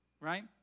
Right